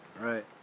Right